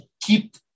keep